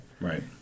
Right